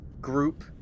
group